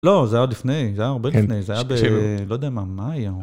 לא, זה היה עוד לפני, זה היה הרבה לפני, זה היה ב... לא יודע מה, מה היום?